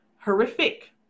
horrific